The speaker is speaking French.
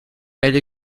elle